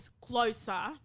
closer